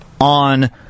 on